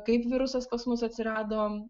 kaip virusas pas mus atsirado